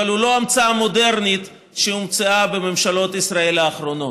הוא לא המצאה מודרנית שהומצאה בממשלות ישראל האחרונות.